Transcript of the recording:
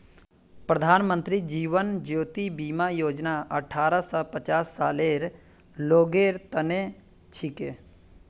प्रधानमंत्री जीवन ज्योति बीमा योजना अठ्ठारह स पचास सालेर लोगेर तने छिके